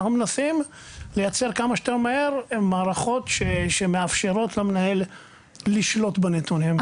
אנחנו מנסים לייצר כמה שיותר מהר מערכות שמאפשרות למנהל לשלוט בנתונים.